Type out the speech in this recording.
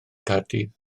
caerdydd